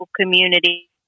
community